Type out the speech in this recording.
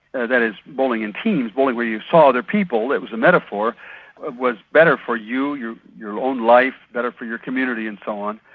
that is, bowling in teams, bowling where you saw other people it was a metaphor was better for you, your your own life, better for your community and so on,